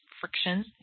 friction